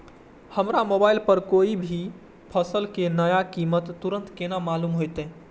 हमरा मोबाइल पर कोई भी फसल के नया कीमत तुरंत केना मालूम होते?